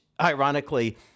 ironically